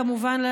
כמובן,